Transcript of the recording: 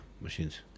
machines